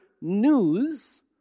news